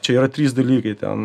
čia yra trys dalykai ten